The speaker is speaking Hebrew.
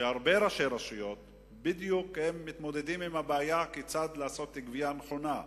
שהרבה ראשי רשויות מתמודדים עם הבעיה כיצד לעשות גבייה נכונה,